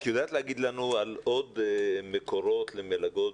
את יודעת להגיד לנו על עוד מקורות למלגות